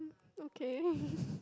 okay